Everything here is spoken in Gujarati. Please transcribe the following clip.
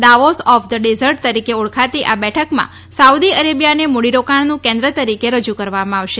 દાવોસ ઓફ ધ ડેઝર્ટ તરીકે ઓળખાતી આ બેઠકમાં સાઉદી અરેબિયાને મૂડીરોકાણનું કેન્દ્ર તરીકે રજૂ કરવામાં આવે છે